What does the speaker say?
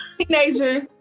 Teenager